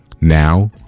Now